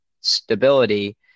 stability